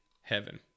heaven